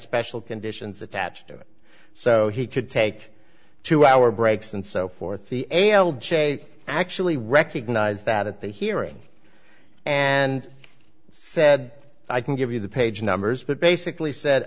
special conditions attached to it so he could take to our brakes and so forth the che actually recognize that at the hearing and said i can give you the page numbers but basically said